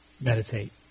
meditate